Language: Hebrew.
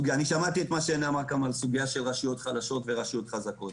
אני שמעתי את מה שנאמר גם על הסוגיה של רשויות חלשות ורשויות חזקות.